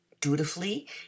Dutifully